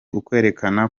ukwerekana